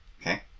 Okay